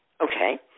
Okay